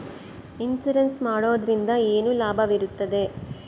Insurance ಮಾಡೋದ್ರಿಂದ ಏನು ಲಾಭವಿರುತ್ತದೆ?